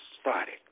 started